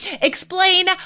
explain